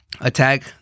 attack